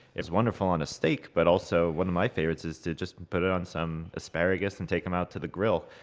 it's wonderful on a steak, but also one of my favorites is to just put it on asparagus and take them out to the grill.